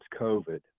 COVID